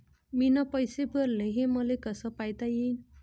मीन पैसे भरले, ते मले कसे पायता येईन?